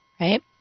Right